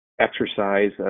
exercise